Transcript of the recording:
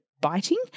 biting